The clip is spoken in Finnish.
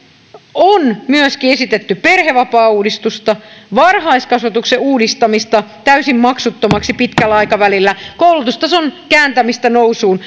on myöskin esitetty perhevapaauudistusta varhaiskasvatuksen uudistamista täysin maksuttomaksi pitkällä aikavälillä koulutustason kääntämistä nousuun